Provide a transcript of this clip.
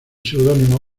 seudónimo